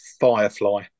Firefly